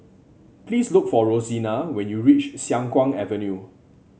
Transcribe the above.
please look for Rosina when you reach Siang Kuang Avenue